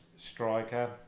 striker